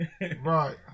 Right